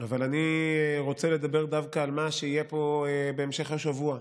אבל אני רוצה לדבר דווקא על מה שיהיה פה בהמשך השבוע,